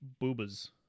boobas